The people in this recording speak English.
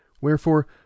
Wherefore